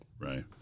Right